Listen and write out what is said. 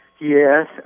Yes